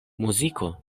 muziko